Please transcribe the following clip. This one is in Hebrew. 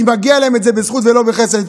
כי מגיע להם את זה בזכות ולא בחסד.